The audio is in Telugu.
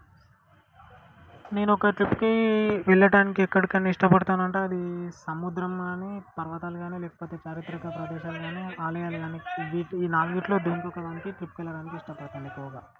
నేనొక ట్రిప్కి వెళ్ళటానికి ఎక్కడికన్నా ఇష్టపడతానంటే అది సముద్రం గానీ పర్వతాలు గానీ లేకపోతే చారిత్రక ప్రదేశాలుగాను ఆలయాలు గానీ ఈ వీటి ఈ నాలుగిట్లో దేనికో ఒకదానికి ట్రిప్కెళ్ళడానికి ఇష్టపడతాను ఎక్కువగా